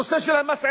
הנושא של המע"מ: